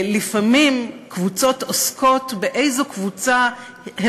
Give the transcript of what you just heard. לפעמים קבוצות עוסקות באיזו קבוצה הם